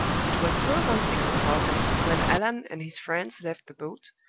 it was close on six o'clock when allan and his friends left the boat,